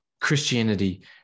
Christianity